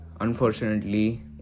unfortunately